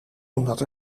omdat